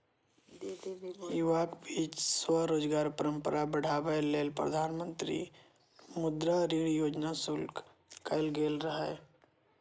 युवाक बीच स्वरोजगारक परंपरा बढ़ाबै लेल प्रधानमंत्री मुद्रा ऋण योजना शुरू कैल गेल रहै